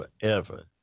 forever